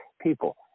people